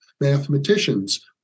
Mathematicians